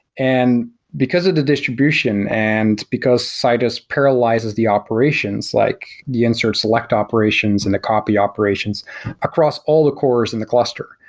and because of the distribution and because citus paralyzes the operations, like the insert select operations and the copy operations across all the cores in the cluster,